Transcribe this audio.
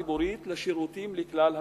הציבורית על השירותים לכלל הציבור.